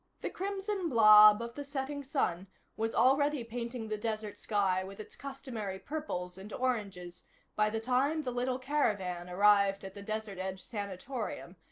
the crimson blob of the setting sun was already painting the desert sky with its customary purples and oranges by the time the little caravan arrived at the desert edge sanatorium,